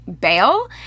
bail